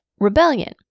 Rebellion